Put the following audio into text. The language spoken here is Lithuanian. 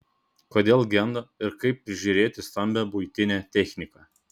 kodėl genda ir kaip prižiūrėti stambią buitinę techniką